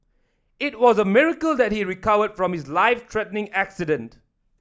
it was a miracle that he recovered from his life threatening accident